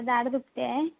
दाढ दुखते आहे